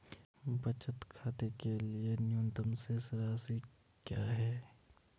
बचत खाते के लिए न्यूनतम शेष राशि क्या है?